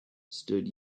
stood